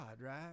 right